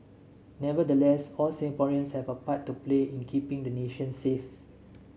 nevertheless all Singaporeans have a part to play in keeping the nation safe